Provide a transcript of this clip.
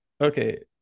Okay